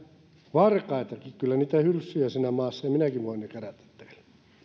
varkaitakin kyllä niitä hylsyjä siinä maassa on ja minäkin voin ne kerätä teille